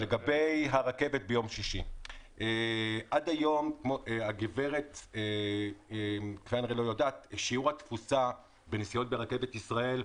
לגבי הרכבת ביום שישי - עד היום שיעור התפוסה בנסיעות ברכבת ישראל,